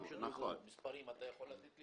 מספרים אתה יכול לתת?